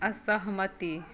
असहमति